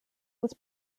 was